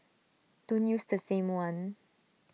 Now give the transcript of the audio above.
don't use the same one